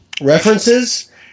references